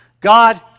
God